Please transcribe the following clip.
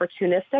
opportunistic